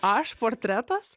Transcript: aš portretas